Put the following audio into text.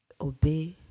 obey